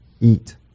eat